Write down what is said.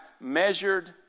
measured